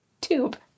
Tube